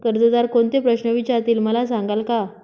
कर्जदार कोणते प्रश्न विचारतील, मला सांगाल का?